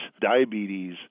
diabetes